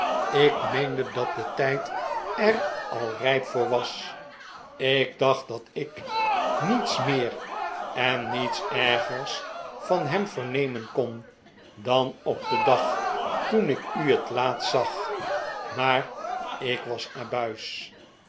ik meende dat de tijd er al rijp voor was ik dacht dat ik niets meer en niets ergers van hem vernemen kon dan op den dag toen ik u het laatst zag maar ik was abuis